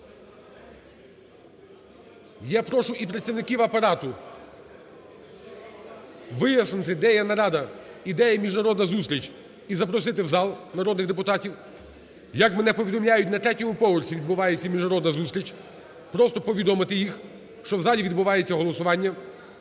Я прошу і працівників Апарату вияснити, де є нарада і де є міжнародна зустріч, і запросити в зал народних депутатів. Як мене повідомляють, на третьому поверсі відбувається міжнародна зустріч. Просто повідомити їх, що в залі відбувається голосування.